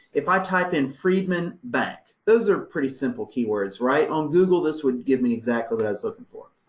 if i type in freedman bank, those are pretty simple keywords, right? on google, this would give me exactly what i was looking for.